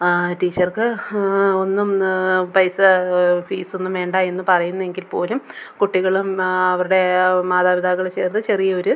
ടീച്ചർക്ക് ഒന്നും പൈസ ഫീസൊന്നും വേണ്ട എന്നു പറയുന്നെങ്കിൽ പോലും കുട്ടികളും അവരുടെ മാതാപിതാക്കളും ചേർന്ന് ചെറിയൊരു